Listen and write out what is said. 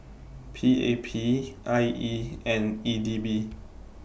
P A P I E and E D B